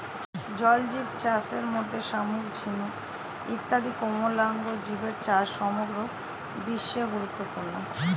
জলজীবচাষের মধ্যে শামুক, ঝিনুক ইত্যাদি কোমলাঙ্গ জীবের চাষ সমগ্র বিশ্বে গুরুত্বপূর্ণ